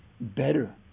better